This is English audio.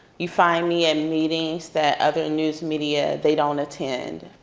you find me in meetings that other news media, they don't attend,